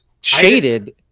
shaded